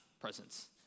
presence